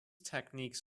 techniques